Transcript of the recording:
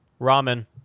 ramen